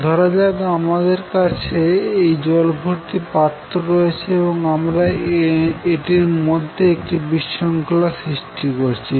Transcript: ধরাযাক আমাদের কাছে এই জল ভর্তি পাত্র রয়েছে এবং আমরা এটির মধ্যে একটি বিশৃঙ্খলা সৃষ্টি করেছি